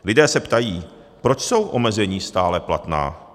Lidé se ptají: Proč jsou omezení stále platná.